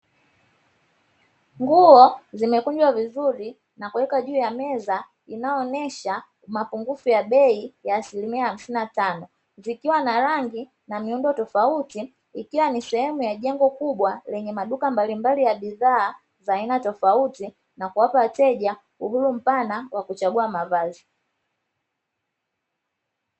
Nguo zimekunjwa vizuri na kuwekwa juu ya meza, inayoonesha mapungufu ya bei ya asilimia hamsini na tano, zikiwa na rangi na miundo tofauti, ikiwa ni sehemu ya jengo kubwa lenye maduka mbalimbali ya bidhaa za aina tofauti na kuwapa wateja uhuru mpana wa kuchagua mavazi.